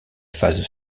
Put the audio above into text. phase